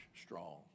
strong